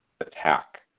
attack